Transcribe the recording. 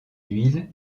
d’huile